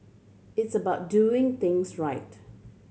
it's about doing things right